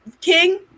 king